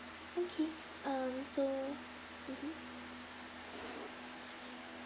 okay um so mmhmm